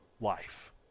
life